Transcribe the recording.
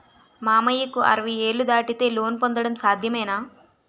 మామయ్యకు అరవై ఏళ్లు దాటితే లోన్ పొందడం సాధ్యమేనా?